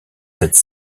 cette